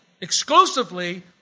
exclusively